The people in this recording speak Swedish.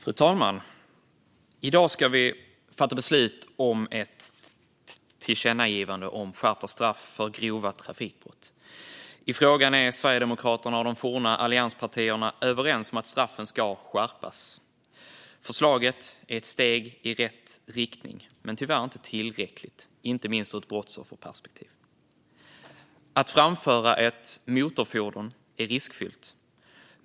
Fru talman! I dag ska vi fatta beslut om ett tillkännagivande om skärpta straff för grova trafikbrott. I frågan är Sverigedemokraterna och de forna allianspartierna överens om att straffen ska skärpas. Förslaget är ett steg i rätt riktning men tyvärr inte tillräckligt, inte minst ur ett brottsofferperspektiv. Att framföra ett motorfordon är riskfyllt.